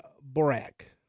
Borak